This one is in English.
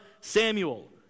Samuel